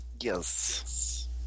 Yes